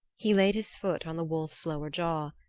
he laid his foot on the wolf's lower jaw,